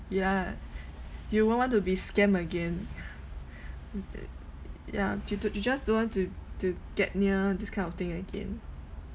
yeah you won't want to be scammed again ya due to you just don't want to to get near this kind of thing again